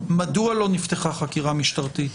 מדוע לא נפתחה חקירה משטרתית?